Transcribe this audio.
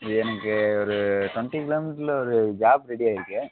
எனக்கு ஒரு டொண்ட்டி கிலோ மீட்டரில் ஒரு ஜாப் ரெடியாகிருக்கு